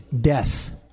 death